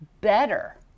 better